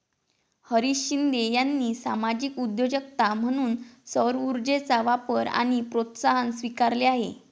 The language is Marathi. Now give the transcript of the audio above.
हरीश शिंदे यांनी सामाजिक उद्योजकता म्हणून सौरऊर्जेचा वापर आणि प्रोत्साहन स्वीकारले आहे